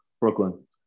Brooklyn